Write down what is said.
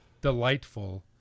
delightful